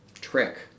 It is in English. trick